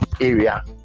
area